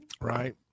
Right